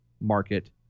market